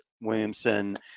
Williamson